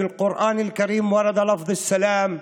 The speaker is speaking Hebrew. בקוראן יש שבעה אזכורים לביטוי סלאם,